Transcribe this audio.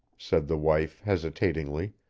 said the wife, hesitatingly,